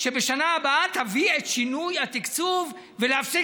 שבשנה הבאה תביא את אישור התקציב ולהפסיק